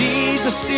Jesus